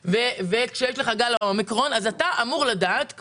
ויש לך את גל האומיקרון אז אתה אמור כבר לדעת,